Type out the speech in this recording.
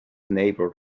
neighbor